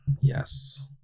Yes